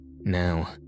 Now